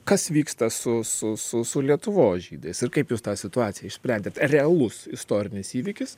kas vyksta su su su su lietuvos žydais ir kaip jūs tą situaciją išsprendėt ar realus istorinis įvykis